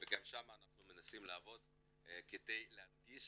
וגם שם אנחנו מנסים לעבוד כדי להנגיש